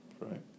right